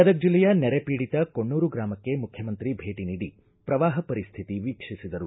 ಗದಗ ಜಿಲ್ಲೆಯ ನೆರೆ ಪೀಡಿತ ಕೊಣ್ಣೂರ ಗ್ರಾಮಕ್ಕೆ ಮುಖ್ಚಮಂತ್ರಿ ಭೇಟಿ ನೀಡಿ ಪ್ರವಾಹ ಪರಿಸ್ಟಿತಿ ವೀಕ್ಷಿಸಿದರು